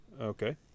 Okay